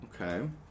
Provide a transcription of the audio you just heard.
Okay